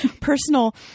personal